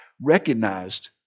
recognized